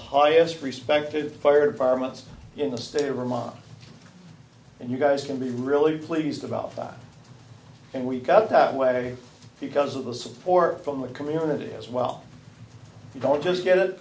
highest respected fire departments in the state of vermont and you guys can be really pleased about that and we got that way because of the support from the community as well you don't just get it